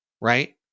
Right